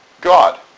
God